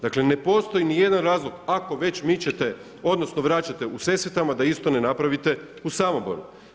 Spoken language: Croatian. Dakle, ne postoji ni jedan razlog, ako već mičete odnosno vračate u Sesvetama da isto ne napravite i Samoboru.